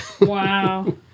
Wow